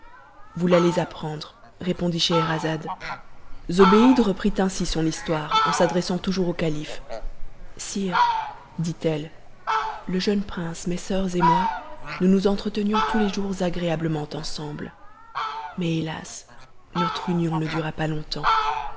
vous l'allez apprendre répondit scheherazade zobéide reprit ainsi son histoire en s'adressant toujours au calife sire dit-elle le jeune prince mes soeurs et moi nous nous entretenions tous les jours agréablement ensemble mais hélas notre union ne dura pas longtemps